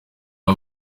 aba